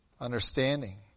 understanding